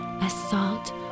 assault